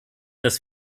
dass